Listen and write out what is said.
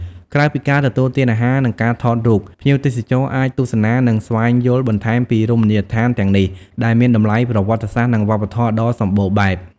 ក្រៅពីការទទួលទានអាហារនិងការថតរូប ភ្ញៀវទេសចរអាចទស្សនានិងស្វែងយល់បន្ថែមពីរមណីយដ្ឋានទាំងនេះដែលមានតម្លៃប្រវត្តិសាស្ត្រនិងវប្បធម៌ដ៏សម្បូរបែប។